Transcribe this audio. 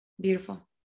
Beautiful